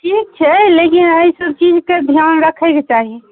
ठीक छै लेकिन एहि सब चीजके ध्यान रखैके चाही